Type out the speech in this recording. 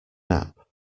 nap